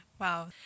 Wow